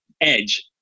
edge